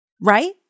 right